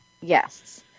Yes